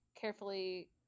carefully